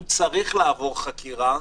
הוא צריך לעבור חקירה,